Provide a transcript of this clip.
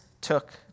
took